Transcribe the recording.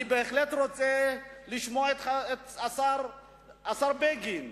אני בהחלט רוצה לשמוע את השר בגין,